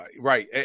Right